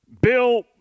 Bill